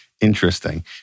Interesting